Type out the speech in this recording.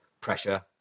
pressure